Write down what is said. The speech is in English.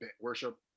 worship